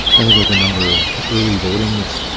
i think with the number of early voting that's